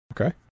Okay